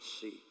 see